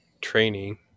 training